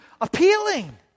appealing